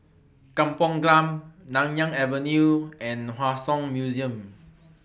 Kampong Glam Nanyang Avenue and Hua Song Museum